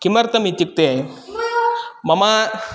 किमर्थम् इत्युक्ते मम